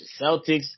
Celtics